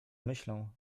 myślą